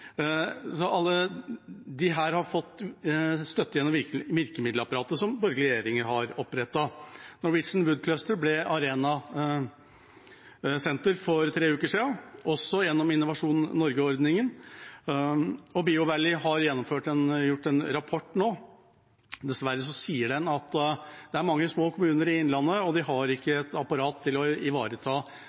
Alle disse har fått støtte gjennom virkemiddelapparatet som borgerlige regjeringer har opprettet. Norwegian Wood Cluster ble arenasenter for tre uker siden, også gjennom Innovasjon Norge-ordningen, og Biovalley har gjennomført en rapport nå. Dessverre sier den at det er mange små kommuner i Innlandet, og at de ikke har et apparat til å ivareta